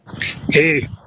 Hey